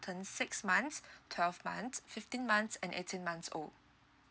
turns six months twelve month fifteen months and eighteen months old